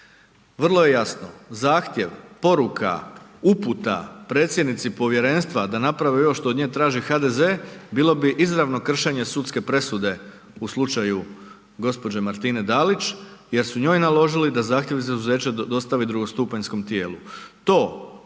Vrlo je jasno, zahtjev, poruka, uputa, predsjednici povjerenstva da napravi ovo što od nje traži HDZ bilo bi izravno kršenje sudske presudu u slučaju gđe. Martine Dalić jer su njoj naložili da zahtjev za izuzeće dostavi drugostupanjskom tijelu